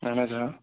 اَہَن آ